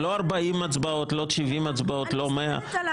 אלה לא 40 הצבעות, לא 70 הצבעות ולא 100 הצבעות.